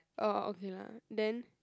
orh okay lah then